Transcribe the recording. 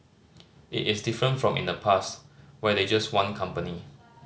it is different from in the past where they just want company